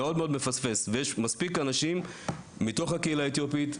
יש מספיק אנשים מתוך הקהילה האתיופית,